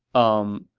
umm,